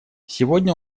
сегодня